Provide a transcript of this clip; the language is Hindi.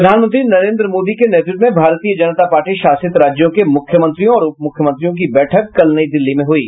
प्रधानमंत्री नरेन्द्र मोदी के नेतृत्व में भारतीय जनता पार्टी शासित राज्यों के मुख्यमंत्रियों और उपमुख्यमंत्रियों की बैठक कल नई दिल्ली में हुई